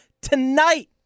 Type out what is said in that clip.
tonight